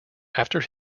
after